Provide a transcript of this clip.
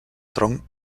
tronc